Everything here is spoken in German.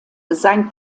sein